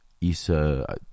Issa